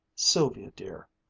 sylvia dear,